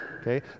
Okay